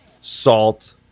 salt